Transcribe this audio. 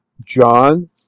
John